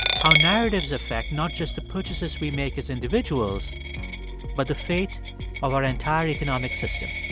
how narratives affect not just the purchases we make as individuals but the fate of our entire economic system